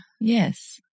Yes